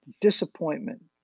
disappointment